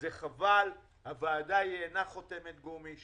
זה חבל, הוועדה אינה חותמת גומי.